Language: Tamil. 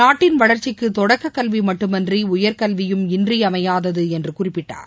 நாட்டின் வளர்ச்சிக்கு தொடக்க கல்வி மட்டுமின்றி உயர்கல்வியும் இன்றையமையாதது என்று குறிப்பிட்டார்